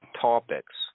topics